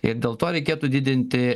ir dėl to reikėtų didinti